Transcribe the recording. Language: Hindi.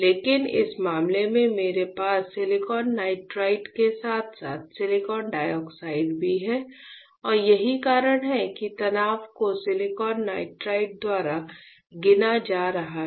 लेकिन इस मामले में मेरे पास सिलिकॉन नाइट्राइड के साथ साथ सिलिकॉन डाइऑक्साइड भी है और यही कारण है कि तनाव को सिलिकॉन नाइट्राइड द्वारा गिना जा रहा है